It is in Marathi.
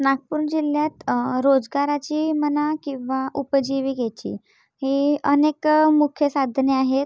नागपूर जिल्ह्यात रोजगाराची म्हणा किंवा उपजीविकेची ही अनेक मुख्य साधने आहेत